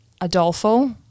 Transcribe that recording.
Adolfo